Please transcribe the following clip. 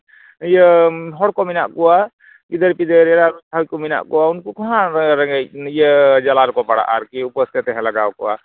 ᱤᱭᱟᱹ ᱦᱚᱲ ᱠᱚ ᱢᱮᱱᱟᱜ ᱠᱚᱣᱟ ᱜᱤᱫᱟᱹᱨᱼᱯᱤᱫᱟᱹᱨ ᱚᱨᱟᱼᱩᱨᱩ ᱠᱚ ᱢᱮᱱᱟᱜ ᱠᱚᱣᱟ ᱩᱱᱠᱩ ᱠᱚᱦᱚᱸ ᱨᱮᱸᱜᱮᱡ ᱡᱟᱞᱟ ᱨᱮᱠᱚ ᱯᱟᱲᱟᱜᱼᱟ ᱟᱨᱠᱤ ᱩᱯᱟᱹᱥ ᱛᱮ ᱛᱟᱦᱮᱸ ᱞᱟᱜᱟᱣ ᱠᱚᱣᱟ